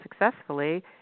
successfully